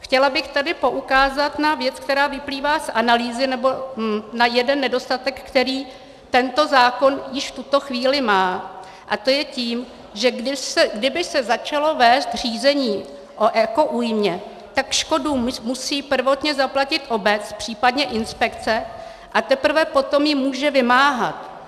Chtěla bych tady poukázat na věc, která vyplývá z analýzy, nebo na jeden nedostatek, který tento zákon již v tuto chvíli má, a to je tím, že kdyby se začalo vést řízení o ekoújmě, tak škodu musí prvotně zaplatit obec, případně inspekce, a teprve potom ji může vymáhat.